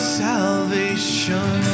salvation